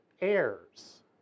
heirs